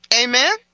Amen